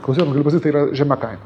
kodėl gliukozidai yra žema kaina